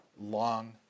long